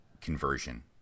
conversion